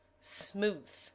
smooth